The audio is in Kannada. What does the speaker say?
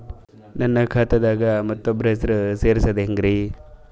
ನನ್ನ ಖಾತಾ ದಾಗ ಮತ್ತೋಬ್ರ ಹೆಸರು ಸೆರಸದು ಹೆಂಗ್ರಿ?